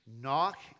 Knock